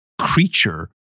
creature